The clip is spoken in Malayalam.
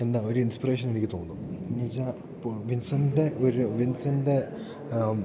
എന്താ ഒരു ഇൻസ്പിറേഷൻ എനിക്ക് തോന്നും എന്നുവെച്ചാൽ വിൻസൻ്റെ ഒരു വിൻസൻ്റെ